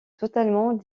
totalement